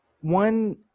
one